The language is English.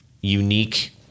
unique